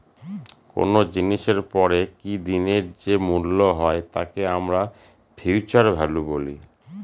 কোনো জিনিসের পরে কি দিনের যে মূল্য হয় তাকে আমরা ফিউচার ভ্যালু বলি